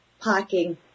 parking